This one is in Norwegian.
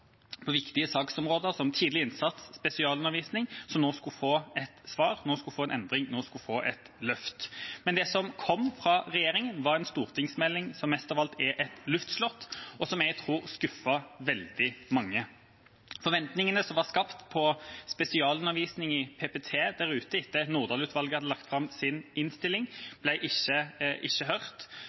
på, på viktige saksområder som tidlig innsats og spesialundervisning, som nå skulle få et svar, nå skulle få en endring, nå skulle få et løft. Men det som kom fra regjeringa, var en stortingsmelding som mest av alt er et luftslott, og som jeg tror skuffet veldig mange. Forventningene som var skapt der ute når det gjelder spesialundervisning i PPT etter at Nordahl-utvalget hadde lagt fram sin innstilling, ble ikke hørt.